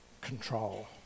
control